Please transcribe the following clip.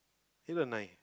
halo night